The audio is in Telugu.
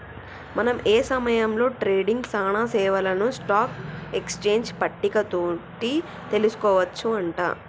మనం ఏ సమయంలో ట్రేడింగ్ సానా సేవలను స్టాక్ ఎక్స్చేంజ్ పట్టిక తోటి తెలుసుకోవచ్చు అంట